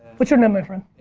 what's your name, my friend?